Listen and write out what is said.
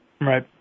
Right